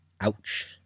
Ouch